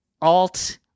alt